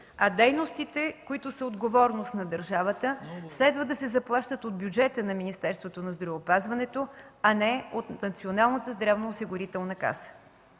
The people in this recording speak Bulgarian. а дейностите, които са отговорност на държавата, следва да се заплащат от бюджета на Министерството на здравеопазването, а не от Националната здравноосигурителна каса.